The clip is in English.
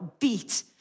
beat